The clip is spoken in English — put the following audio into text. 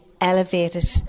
elevated